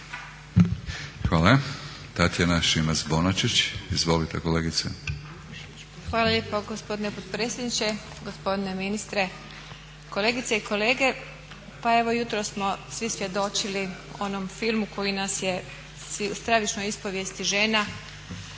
kolegice. **Šimac Bonačić, Tatjana (SDP)** Hvala lijepa gospodine potpredsjedniče, gospodine ministre, kolegice i kolege. Pa evo jutros smo svi svjedočili onom filmu koji nas je, stravičnoj ispovijesti žena